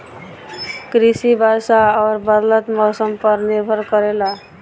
कृषि वर्षा और बदलत मौसम पर निर्भर करेला